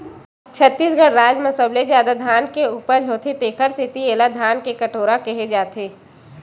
छत्तीसगढ़ राज म सबले जादा धान के उपज होथे तेखर सेती एला धान के कटोरा केहे जाथे